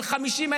מאיפה?